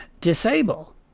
Disable